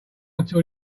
until